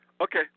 Okay